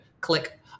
Click